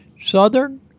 Southern